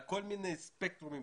על כל מיני ספקטרומים,